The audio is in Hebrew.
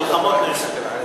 מלחמות נעשות.